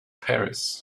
paris